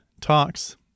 talks